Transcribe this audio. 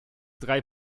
drei